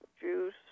juice